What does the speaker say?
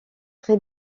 très